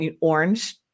orange